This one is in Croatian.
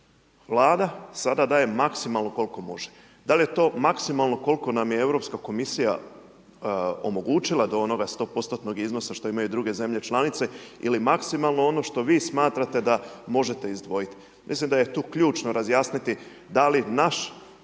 Vlada sada daje maksimalno kol'ko može>, dal je to maksimalno koliko nam je Europska komisija omogućila do onoga 100% iznosa što imaju druge zemlje članice, ili maksimalno ono što vi smatrate da možete izdvojiti? Mislim da je tu ključno razjasniti da li naš